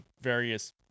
various